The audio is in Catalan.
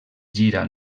gira